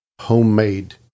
homemade